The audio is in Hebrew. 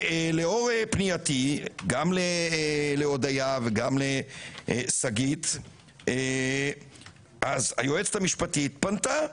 לאור פנייתי גם להודיה קין וגם לשגית אפיק אז היועצת המשפטית פנתה